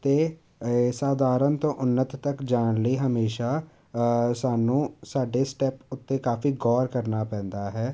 ਅਤੇ ਸਾਧਾਰਨ ਤੋਂ ਉੱਨਤ ਤੱਕ ਜਾਣ ਲਈ ਹਮੇਸ਼ਾ ਸਾਨੂੰ ਸਾਡੇ ਸਟੈਪ ਉੱਤੇ ਕਾਫੀ ਗੌਰ ਕਰਨਾ ਪੈਂਦਾ ਹੈ